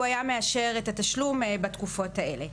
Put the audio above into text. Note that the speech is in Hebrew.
והוא היה מאשר את התשלום בתקופות האלה.